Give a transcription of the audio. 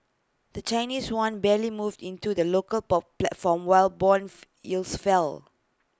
the Chinese Yuan barely moved in to the local bob platform while Bond yields fell